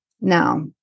Now